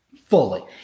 fully